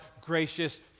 gracious